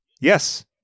Yes